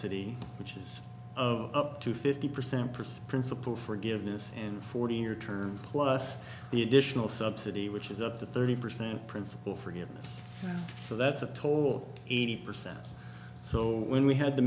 dy which is of up to fifty percent percent principal forgiveness and forty year term plus the additional subsidy which is up to thirty percent principal for him so that's a total eighty percent so when we had the